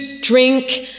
drink